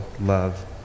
love